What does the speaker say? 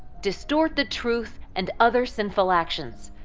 distort the truth, and other sinful actions